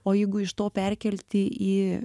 o jeigu iš to perkelti į